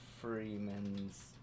Freeman's